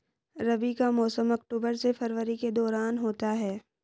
रबी का मौसम अक्टूबर से फरवरी के दौरान होता है